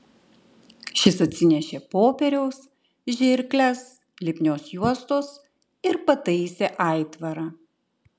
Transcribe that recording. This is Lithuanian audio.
šis atsinešė popieriaus žirkles lipnios juostos ir pataisė aitvarą